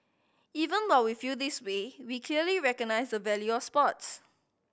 even we feel this way we clearly recognise the value of sports